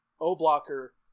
O-Blocker